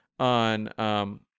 on